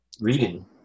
reading